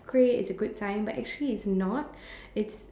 great it's a good time but actually it's not it's